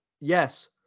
Yes